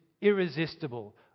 irresistible